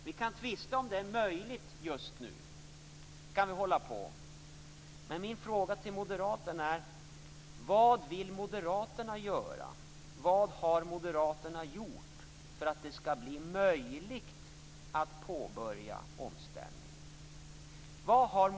Vi kan hålla på och tvista om huruvida det är möjligt just nu. Men mina frågor till Moderaterna är: Vad vill Moderaterna göra? Vad har Moderaterna gjort för att det skall bli möjligt att påbörja omställningen?